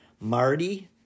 Marty